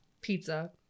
pizza